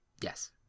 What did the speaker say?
Yes